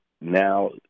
now